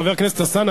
חבר הכנסת אלסאנע,